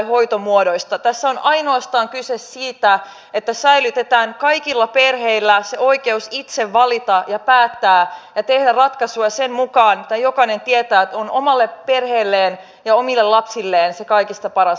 tässä on ainoastaan kyse siitä että säilytetään kaikilla perheillä oikeus itse valita ja päättää ja tehdä ratkaisuja sillä jokainen tietää mikä on hänen omalle perheelleen ja omille lapsilleen se kaikista paras ratkaisu